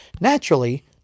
naturally